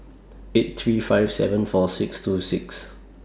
eight three five seven four six two six